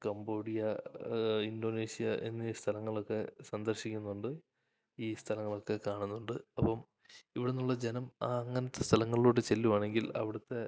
Cambodia Indonesia എന്നീ സ്ഥലങ്ങളൊക്കെ സന്ദർശിക്കുന്നുണ്ട് ഈ സ്ഥലങ്ങളൊക്കെ കാണുന്നുണ്ട് അപ്പം ഇവിടുന്നുള്ള ജനം ആ അങ്ങനത്തെ സ്ഥലങ്ങളിലോട്ട് ചെല്ലുവാണെങ്കിൽ അവിടുത്തെ